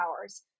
hours